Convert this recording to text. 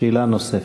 שאלה נוספת.